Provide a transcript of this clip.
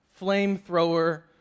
flamethrower